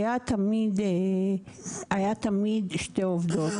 היו תמיד שתי עובדות,